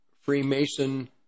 Freemason